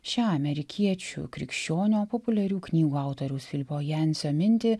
šią amerikiečių krikščionio populiarių knygų autoriaus filipo jancio mintį